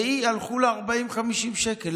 והלכו לה 40 50 שקלים.